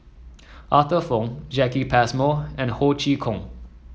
Arthur Fong Jacki Passmore and Ho Chee Kong